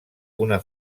una